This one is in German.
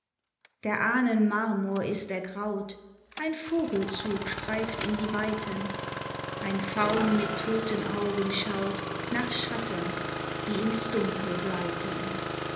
der ahnen marmor ist ergraut ein vogelzug streift in die weiten ein faun mit toten augen schaut nach schatten die ins dunkel gleiten